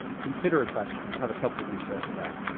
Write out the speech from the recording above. consider a question. i'll have a couple of these throughout the deck.